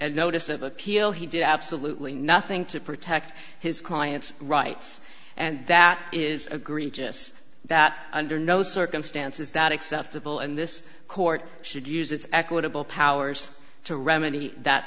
a notice of appeal he did absolutely nothing to protect his client's rights and that is agree just that under no circumstances that acceptable in this court should use its equitable powers to remedy that